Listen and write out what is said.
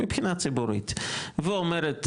מבחינה ציבורית ואומרת,